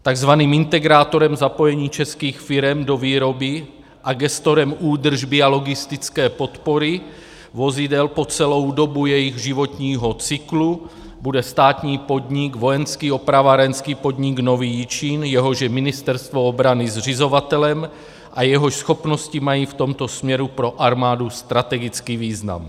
Takzvaným integrátorem zapojení českých firem do výroby a gestorem údržby a logistické podpory vozidel po celou dobu jejich životního cyklu bude státní podnik Vojenský opravárenský podnik Nový Jičín, jehož je Ministerstvo obrany zřizovatelem a jehož schopnosti mají v tomto směru pro armádu strategický význam.